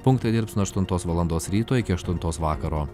punktai dirbs nuo aštuntos valandos ryto iki aštuntos vakaro